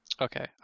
Okay